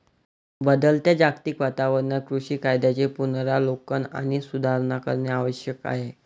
बदलत्या जागतिक वातावरणात कृषी कायद्यांचे पुनरावलोकन आणि सुधारणा करणे आवश्यक आहे